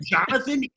Jonathan